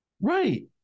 Right